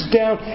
down